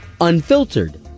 Unfiltered